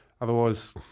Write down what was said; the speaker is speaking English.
Otherwise